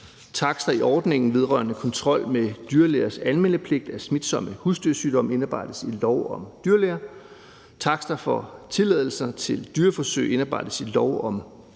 Takster i ordningen vedrørende kontrol med dyrlægers anmeldepligt af smitsomme husdyrsygdomme indarbejdes i lov om dyrlæger. Takster for tilladelser til dyreforsøg indarbejdes i lov om dyreforsøg.